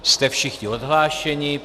Jste všichni odhlášeni.